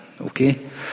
Okay